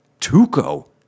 Tuco